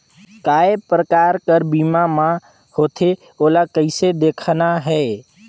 काय प्रकार कर बीमा मा होथे? ओला कइसे देखना है?